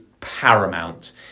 paramount